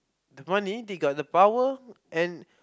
the money they got the power and